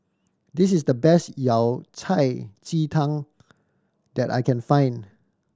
this is the best Yao Cai ji tang that I can find